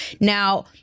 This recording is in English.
Now